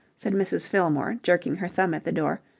said mrs. fillmore, jerking her thumb at the door.